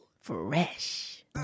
Fresh